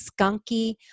skunky